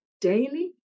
daily